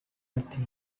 ati